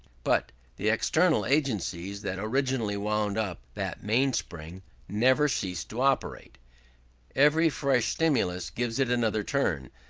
but the external agencies that originally wound up that mainspring never cease to operate every fresh stimulus gives it another turn,